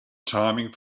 timing